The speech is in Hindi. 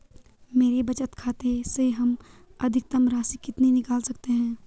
मेरे बचत खाते से हम अधिकतम राशि कितनी निकाल सकते हैं?